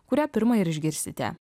kurią pirmą ir išgirsite